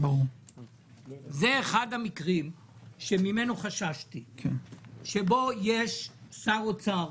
זה אחד המקרים שממנו חששתי, שבו יש שר אוצר,